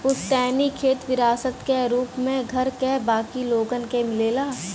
पुस्तैनी खेत विरासत क रूप में घर क बाकी लोगन के मिलेला